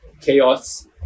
Chaos